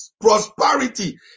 prosperity